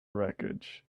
wreckage